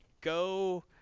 go